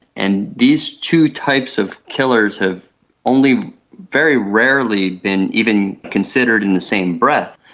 and these two types of killers have only very rarely been even considered in the same breath,